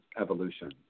evolution